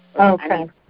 Okay